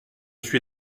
suis